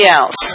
else